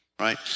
Right